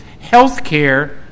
healthcare